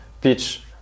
pitch